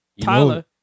Tyler